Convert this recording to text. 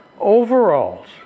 overalls